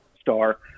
star